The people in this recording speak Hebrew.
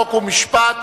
חוק ומשפט